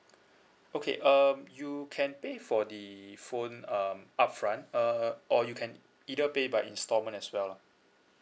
okay um you can pay for the phone um upfront uh or you can either pay by installment as well lah